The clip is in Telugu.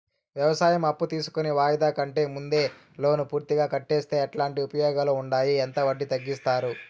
వ్యవసాయం అప్పు తీసుకొని వాయిదా కంటే ముందే లోను పూర్తిగా కట్టేస్తే ఎట్లాంటి ఉపయోగాలు ఉండాయి? ఎంత వడ్డీ తగ్గిస్తారు?